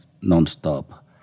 non-stop